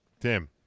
Tim